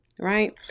right